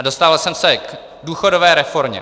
Dostal jsem se k důchodové reformě.